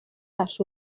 les